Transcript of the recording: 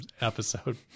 episode